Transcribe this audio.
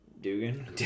Dugan